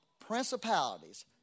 principalities